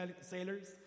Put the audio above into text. sailors